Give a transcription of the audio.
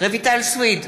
רויטל סויד,